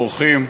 אורחים,